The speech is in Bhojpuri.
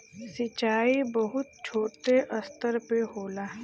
सिंचाई बहुत छोटे स्तर पे होला